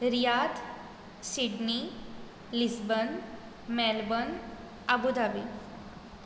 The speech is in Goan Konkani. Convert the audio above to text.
Riyadh Sydney Lisbon Melbourne Abu Dhabi